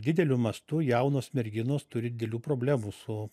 dideliu mastu jaunos merginos turi didelių problemų su